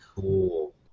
Cool